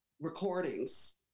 recordings